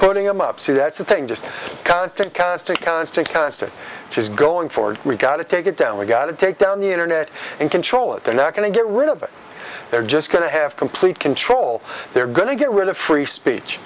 putting him up see that's a thing just constant constant constant constant she's going forward we've got to take it down we've got to take down the internet and control it they're not going to get rid of it they're just going to have complete control they're going to get rid of free speech